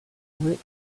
unlit